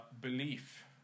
belief